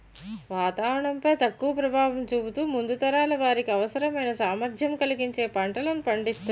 వాతావరణం పై తక్కువ ప్రభావం చూపుతూ ముందు తరాల వారికి అవసరమైన సామర్థ్యం కలిగించే పంటలను పండిస్తునాం